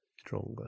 stronger